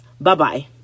Bye-bye